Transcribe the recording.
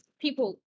people